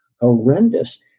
horrendous